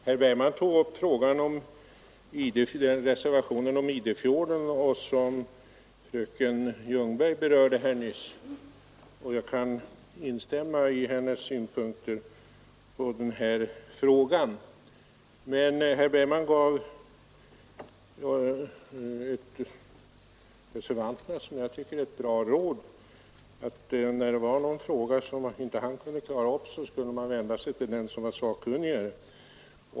Herr talman! Herr Bergman tog upp reservationen om Idefjorden, och jag kan därvidlag instämma i de synpunkter som fröken Ljungberg nyss anförde, Men herr Bergman gav reservanterna ett, som jag tycker, bra råd, nämligen att när man hade en fråga som han inte kunde klara upp, så skulle man vända sig till den som var mer sakkunnig.